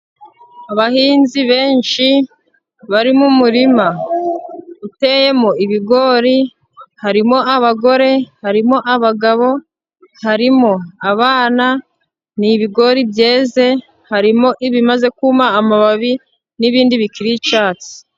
Abahinzi benshi bari mu murima uteyemo ibigori, harimo abagore, harimo abagabo, harimo abana, ni ibigori byeze, harimo ibimaze kuma amababi, n'ibindi bikiriri icyatsi.